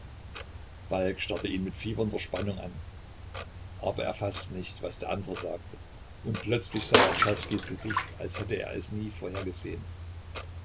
falk starrte ihn mit fiebernder spannung an aber er faßte nicht was der andre sagte und plötzlich sah er czerskis gesicht als hätte er es nie vorher gesehen